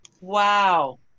wow